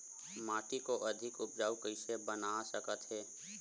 माटी को अधिक उपजाऊ कइसे बना सकत हे?